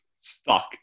Stuck